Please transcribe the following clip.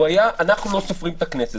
הוא היה "אנחנו לא סופרים את הכנסת".